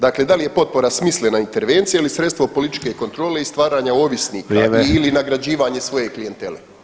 Dakle, da li je potpora smislena intervencija ili sredstvo političke kontrole i stvaranja ovisnika [[Upadica: Vrijeme.]] ili nagrađivanje svoje klijentele.